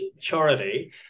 charity